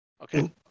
Okay